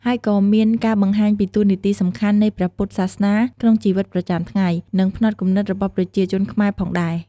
ហើយក៏មានការបង្ហាញពីតួនាទីសំខាន់នៃព្រះពុទ្ធសាសនាក្នុងជីវិតប្រចាំថ្ងៃ និងផ្នត់គំនិតរបស់ប្រជាជនខ្មែរផងដែរ ។